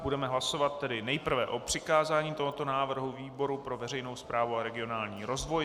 Budeme hlasovat tedy nejprve o přikázání tohoto návrhu výboru pro veřejnou správu a regionální rozvoj.